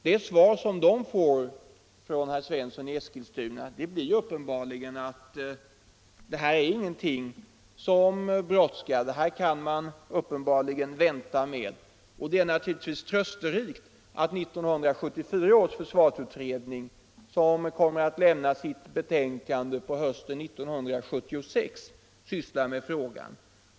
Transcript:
Det svar detta verk får av herr Svensson i Eskilstuna är uppenbarligen att det inte var någonting som brådskade utan att det kunde vänta. Det är trösterikt att 1974 års försvarsutredning som kommer att lämna sitt betänkande hösten 1976 behandlar frågan.